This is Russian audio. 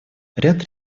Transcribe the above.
ряд